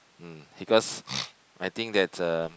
mm because I think that uh